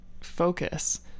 focus